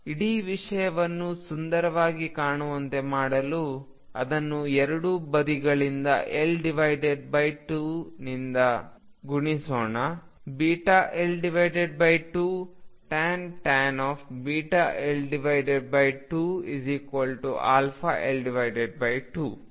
ಇಡೀ ವಿಷಯವನ್ನು ಸುಂದರವಾಗಿ ಕಾಣುವಂತೆ ಮಾಡಲು ಅದನ್ನು ಎರಡೂ ಬದಿಗಳಲ್ಲಿL2 ನಿಂದ ಗುಣಿಸೋಣβL2tan βL2 αL2